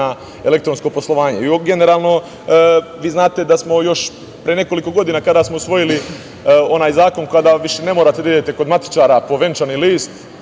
na elektronsko poslovanje. Generalno, vi znate da smo još pre nekoliko godina kada smo usvojili onaj zakon da više ne morate da idete kod matičara po venčani list,